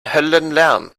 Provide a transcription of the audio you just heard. höllenlärm